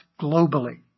globally